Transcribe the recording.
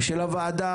של הוועדה